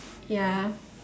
ya